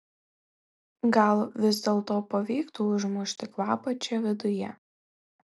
gal vis dėlto pavyktų užmušti kvapą čia viduje